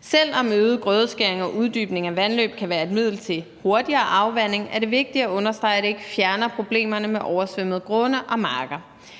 Selv om øget grødeskæring og uddybning af vandløb kan være et middel til hurtigere afvanding, er det vigtigt at understrege, at det ikke fjerner problemerne med oversvømmede grunde og marker.